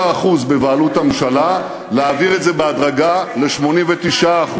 מ-93% בבעלות הממשלה, להעביר את זה בהדרגה ל-89%.